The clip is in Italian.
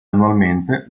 annualmente